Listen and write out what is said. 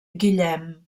guillem